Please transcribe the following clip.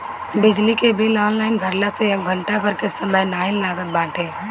बिजली के bill online भरला से अब घंटा भर के समय नाइ लागत बाटे